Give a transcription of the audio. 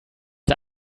der